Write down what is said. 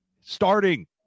Starting